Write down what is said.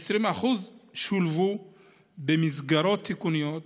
20% שולבו במסגרת תיקוניות,